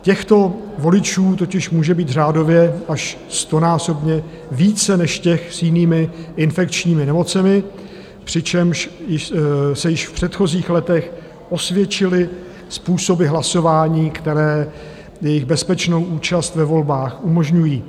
Těchto voličů totiž může být řádově až stonásobně více než těch s jinými infekčními nemocemi, přičemž se již v předchozích letech osvědčily způsoby hlasování, které jejich bezpečnou účast ve volbách umožňují.